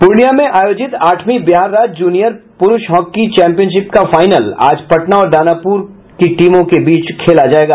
पूर्णिया में आयोजित आठवीं बिहार राज्य जूनियर पुरूष हॉकी चैंपियनशिप का फाइनल आज पटना और दानापुर टीम के बीच खेला जायेगा